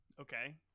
okay